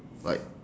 like